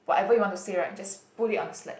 whatever you want to say right just put it on the slide